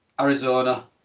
Arizona